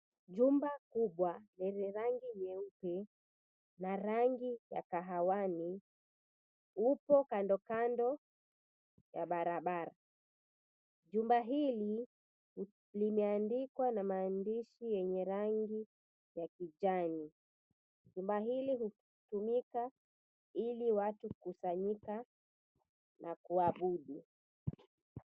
Jumba kubwa lenye rangi nyeupe na rangi ya kahawani upo kandokando ya barabara. Jumba hili limeandikwa na maandishi yenye rangi ya kijani. Jumba hili hutumika ili watu kukusanyika na kuabudu.